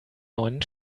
neuen